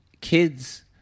kids